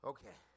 Okay